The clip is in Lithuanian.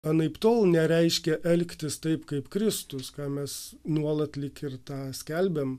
anaiptol nereiškia elgtis taip kaip kristus ką mes nuolat lyg ir tą skelbiam